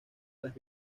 las